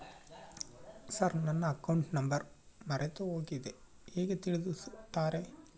Sir ನನ್ನ account number ಮರೆತುಹೋಗಿದೆ ಹೇಗೆ ತಿಳಿಸುತ್ತಾರೆ?